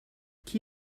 qui